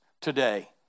today